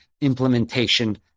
implementation